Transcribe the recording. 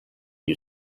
you